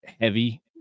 heavy